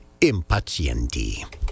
impazienti